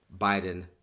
Biden